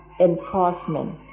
enforcement